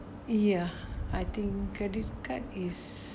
ya I think credit card is